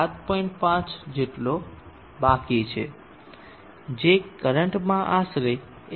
5 volt જેટલો બાકી છે જે કરંટમાં આશરે ૧